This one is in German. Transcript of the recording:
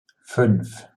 fünf